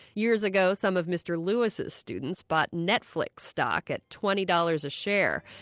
years ago, some of mr. lewis's students bought netflix stock at twenty dollars a share.